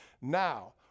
Now